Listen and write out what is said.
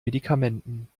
medikamenten